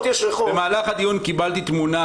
במהלך הדיון קיבלתי מדובר העירייה תמונה